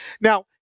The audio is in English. Now